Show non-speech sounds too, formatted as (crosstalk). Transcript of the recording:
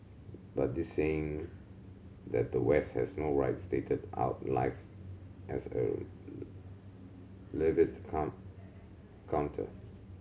but this saying that the West has no right started out life as a relativist (unintelligible) counter